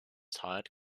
tired